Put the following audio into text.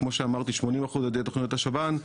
כמו שאמרתי 80% על ידי תכניות השב"ן,